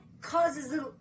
causes